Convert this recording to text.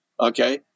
okay